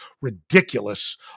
ridiculous